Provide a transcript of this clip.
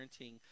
parenting